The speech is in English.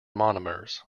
monomers